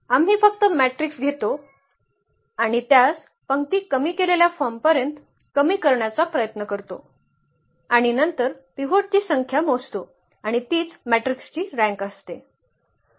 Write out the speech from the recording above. आम्ही फक्त मॅट्रिक्स घेतो आणि त्यास पंक्ती कमी केलेल्या फॉर्मपर्यंत कमी करण्याचा प्रयत्न करतो आणि नंतर पिव्होट ची संख्या मोजतो आणि तीच मॅट्रिक्स ची रँक आहे